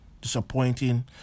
disappointing